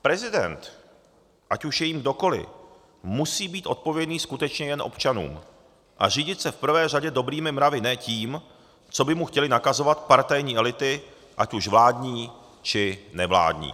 Prezident, ať už je jím kdokoliv, musí být odpovědný skutečně jen občanům a řídit se v prvé řadě dobrými mravy, ne tím co by chtěly nakazovat partajní elity, ať už vládní, či nevládní.